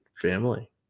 family